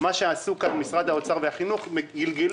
מה שעשו כאן משרד האוצר והחינוך זה לגלגל